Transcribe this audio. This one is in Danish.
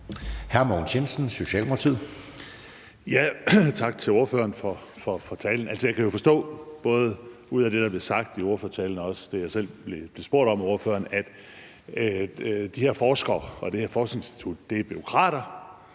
10:41 Mogens Jensen (S): Tak til ordføreren for talen. Altså, jeg kan jo forstå, både ud af det, der bliver sagt i ordførertalen, og også på det, jeg selv blev spurgt om af ordføreren, at de her forskere og det her forskningsinstitut er bureaukrater